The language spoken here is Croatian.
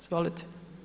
Izvolite.